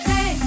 Hey